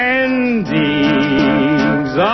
endings